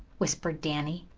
whispered danny,